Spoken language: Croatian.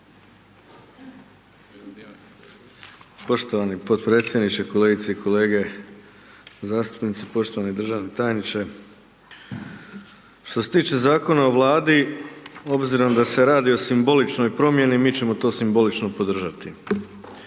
Poštovani potpredsjedniče, kolegice i kolege zastupnici, poštovani državni tajniče. Što se tiče Zakona o Vladi obzirom da se radi o simboličnoj promjeni, mi ćemo to simbolično podržati.